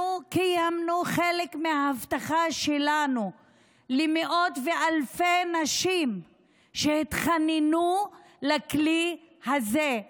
אנחנו מקיימות חלק מההבטחה שלנו למאות ואלפי נשים שהתחננו לכלי הזה,